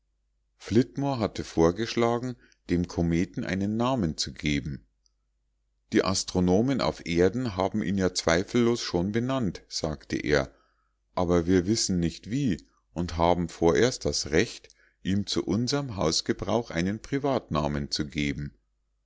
flitmore hatte vorgeschlagen dem kometen einen namen zu geben die astronomen auf erden haben ihn ja zweifellos schon benannt sagte er aber wir wissen nicht wie und haben vorerst das recht ihm zu unserm hausgebrauch einen privatnamen zu geben